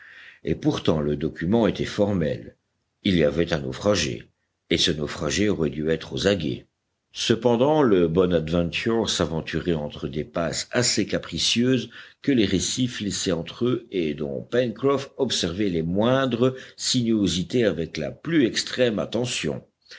et pourtant le document était formel il y avait un naufragé et ce naufragé aurait dû être aux aguets cependant le bonadventure s'aventurait entre des passes assez capricieuses que les récifs laissaient entre eux et dont pencroff observait les moindres sinuosités avec la plus extrême attention